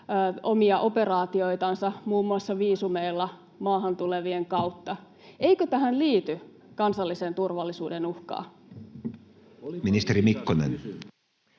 omia operaatioitansa muun muassa viisumeilla maahan tulevien kautta. [Eva Biaudet’n välihuuto] Eikö tähän liity kansallisen turvallisuuden uhkaa? Ministeri Mikkonen.